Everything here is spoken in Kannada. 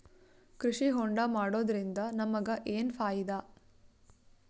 ಕೃಷಿ ಹೋಂಡಾ ಮಾಡೋದ್ರಿಂದ ನಮಗ ಏನ್ ಫಾಯಿದಾ?